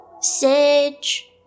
sage